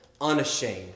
Unashamed